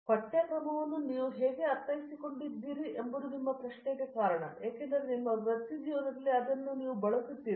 ಈ ಪಠ್ಯಕ್ರಮವನ್ನು ನೀವು ಹೇಗೆ ಅರ್ಥೈಸಿಕೊಂಡಿದ್ದೀರಿ ಎಂಬುದು ನಿಮ್ಮ ಪ್ರಶ್ನೆಗೆ ಕಾರಣ ಏಕೆಂದರೆ ನಿಮ್ಮ ವೃತ್ತಿಜೀವನದಲ್ಲಿ ನೀವು ಬಳಸುತ್ತಿರುವಿರಿ